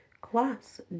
class